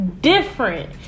different